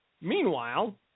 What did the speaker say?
Meanwhile